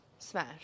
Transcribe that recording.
Smash